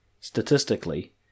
statistically